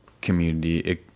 community